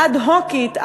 האד-הוקית,